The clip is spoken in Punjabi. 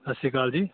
ਸਤਿ ਸ਼੍ਰੀ ਅਕਾਲ ਜੀ